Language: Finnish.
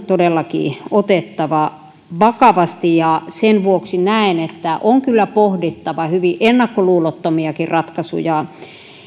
todellakin otettava vakavasti ja sen vuoksi näen että on kyllä pohdittava hyvin ennakkoluulottomiakin ratkaisuja